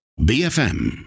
BFM